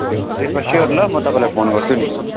त्यो त्यसमा स्योर ल म तपाईँलाई फोन गर्छु नि